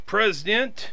President